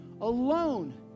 alone